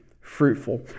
fruitful